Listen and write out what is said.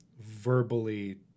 verbally